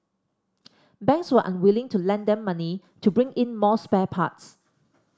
banks were unwilling to lend them money to bring in more spare parts